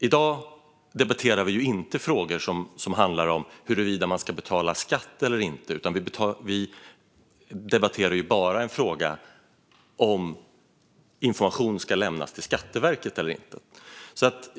I dag debatterar vi inte frågor som handlar om huruvida man ska betala skatt eller inte, utan vi debatterar bara frågan om information ska lämnas till Skatteverket eller inte.